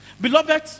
Beloved